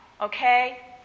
okay